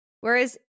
Whereas